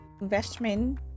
investment